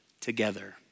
together